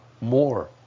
more